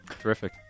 Terrific